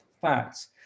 facts